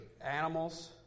animals